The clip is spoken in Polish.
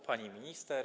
Pani Minister!